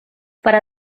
para